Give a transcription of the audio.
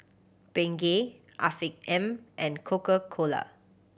Bengay Afiq M and Coca Cola